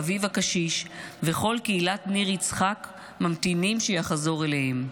אביו הקשיש וכל קהילת ניר יצחק ממתינים שיחזור אליהם.